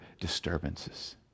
disturbances